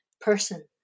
person